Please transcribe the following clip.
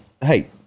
hey